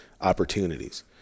opportunities